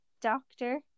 doctor